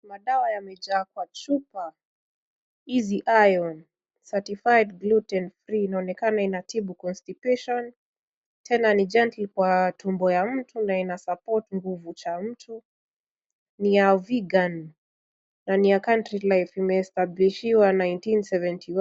Madawa yamejaa kwa chupa Easy Iron Satified gluten free inaonekana inatibu constipation , tena ni gentle kwa tumbo ya mtu na inasupport nguvu cha mtu. Ni ya vegan na ni ya Countrylife na imeestablishiwa nineteen seventy one .